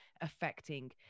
affecting